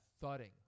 thudding